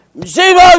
zero